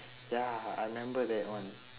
ya I remember that one